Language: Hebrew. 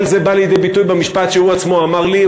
כל זה בא לידי ביטוי במשפט שהוא עצמו אמר לי,